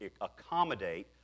accommodate